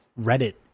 reddit